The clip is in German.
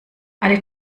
alle